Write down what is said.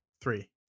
Three